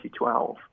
2012